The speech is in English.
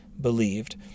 believed